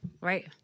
Right